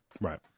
Right